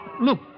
look